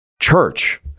church